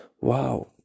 wow